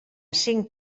cinc